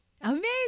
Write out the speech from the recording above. Amazing